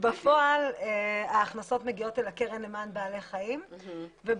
בפועל ההכנסות מגיעות אל הקרן למען בעלי חיים ובמסגרת